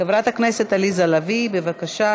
חברת הכנסת עליזה לביא, בבקשה.